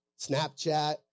snapchat